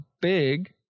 big